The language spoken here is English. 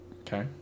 Okay